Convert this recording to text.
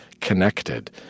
connected